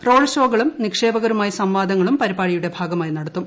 road ഷോകളും നിക്ഷേപകരുമായി സംവാദങ്ങളും പരിപാടിയുടെ ഭാഗമായി നടത്തും